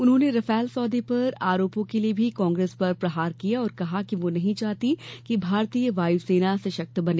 उन्होंने रफाल सौदे पर आरोपों के लिए भी कांग्रेस पर प्रहार किए और कहा कि वो नहीं चाहती कि भारतीय वायु सेना सशक्त बने